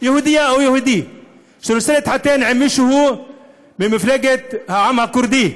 יהודייה או יהודי רוצה להתחתן עם מישהו ממפלגת העם הכורדי,